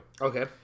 Okay